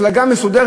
מפלגה מסודרת,